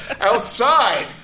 outside